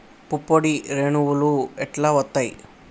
పుప్పొడి రేణువులు ఎట్లా వత్తయ్?